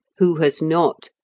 who has not,